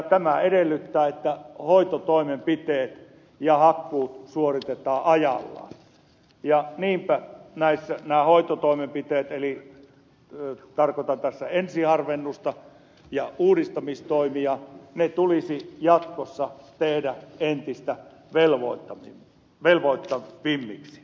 tämä edellyttää että hoitotoimenpiteet ja hakkuut suoritetaan ajallaan ja niinpä nämä hoitotoimenpiteet eli tarkoitan tässä ensiharvennusta ja uudistamistoimia tulisi jatkossa tehdä entistä velvoittavammiksi